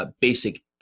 basic